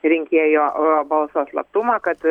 rinkėjo balso slaptumą kad